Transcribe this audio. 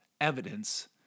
evidence